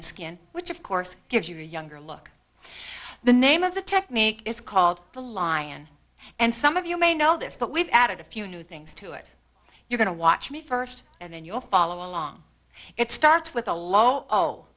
the skin which of course gives you a younger look the name of the technique is called the lion and some of you may know this but we've added a few new things to it you're going to watch me first and then you'll follow along it starts with a low